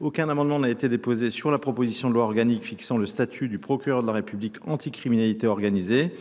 Aucun amendement n'a été déposé sur la proposition de loi organique fixant le statut du procureur de la République anti-criminalité organisée.